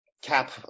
cap